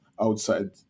outside